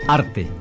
arte